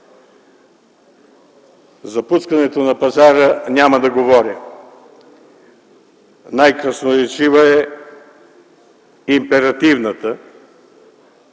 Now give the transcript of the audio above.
За пускането на пазара няма да говоря. Най-красноречива е императивната